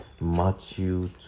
Matthew